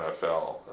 NFL